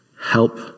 help